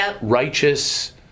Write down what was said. righteous